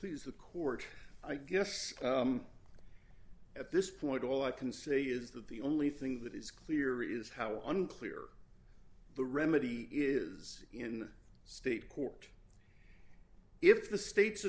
please the court i guess at this point all i can say is that the only thing that is clear is how unclear the remedy is in the state court if the state